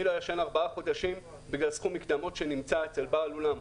אני לא ישן ארבעה חודשים בגלל סכום מקדמות שנמצא אצל בעל אולם.